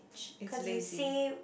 it's lazy